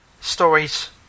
stories